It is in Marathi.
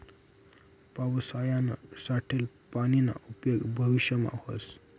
पावसायानं साठेल पानीना उपेग भविष्यमा व्हस